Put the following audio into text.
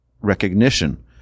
recognition